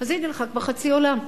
אז הנה לך כבר חצי עולם.